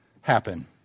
happen